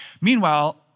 Meanwhile